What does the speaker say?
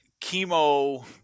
chemo